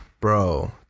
Bro